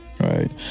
Right